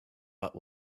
what